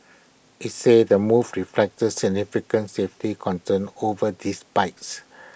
it's said the move reflects the significant safety concerns over these bikes